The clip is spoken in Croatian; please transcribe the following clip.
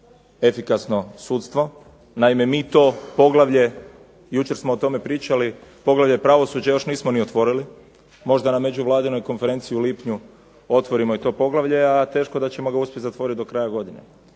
efikasno sudstvo. Naime, mi to poglavlje jučer smo o tome pričali, poglavlje pravosuđa još nismo ni otvorili. Možda na međuvladinoj konferenciji u lipnju otvorimo i to poglavlje, a teško da ćemo ga uspjeti zatvoriti do kraja godine.